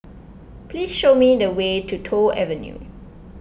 please show me the way to Toh Avenue